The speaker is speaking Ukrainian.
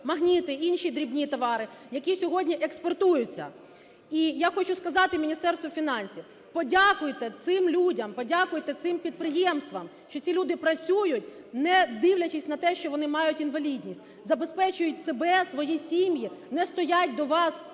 магніти, інші дрібні товари, які сьогодні експортуються. І я хочу сказати Міністерству фінансів: подякуйте цим людям, подякуйте цим підприємствам, що ці люди працюють, не дивлячись на те, що вони мають інвалідність, забезпечують себе, свої сім'ї, не стоять до вас